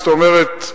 זאת אומרת,